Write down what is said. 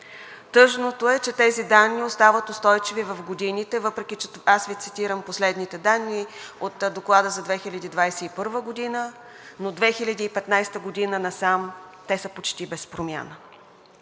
Тъжното е, че тези данни остават устойчиви в годините, въпреки че аз Ви цитирам последните данни от доклада за 2021 г., но от 2015 г. насам те са почти без промяна.